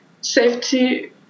safety